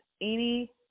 Amy